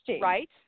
Right